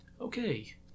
okay